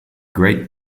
great